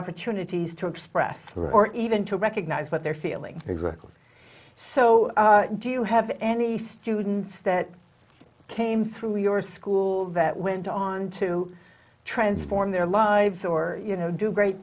opportunities to express or even to recognize what they're feeling exactly so do you have any students that came through your school that went on to transform their lives or you know do great